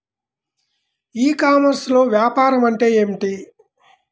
ఈ కామర్స్లో వ్యాపారం అంటే ఏమిటి?